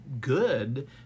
good